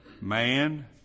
Man